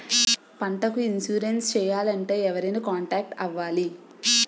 పంటకు ఇన్సురెన్స్ చేయాలంటే ఎవరిని కాంటాక్ట్ అవ్వాలి?